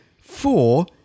four